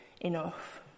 enough